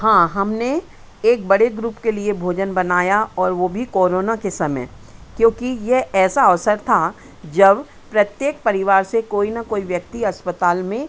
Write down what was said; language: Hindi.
हाँ हमने एक बड़े ग्रुप के लिए भोजन बनाया और वो भी कोरोना के समय क्योंकि ये ऐसा अवसर था जब प्रत्येक परिवार से कोई न कोई व्यक्ति अस्पताल में